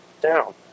down